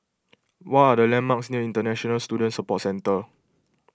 what are the landmarks near International Student Support Centre